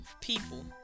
people